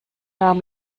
darm